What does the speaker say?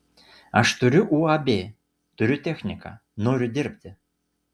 aš turiu uab turiu techniką noriu dirbti